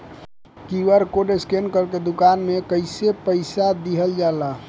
QR code scan करके दुकान में पईसा कइसे देल जाला?